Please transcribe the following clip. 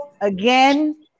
Again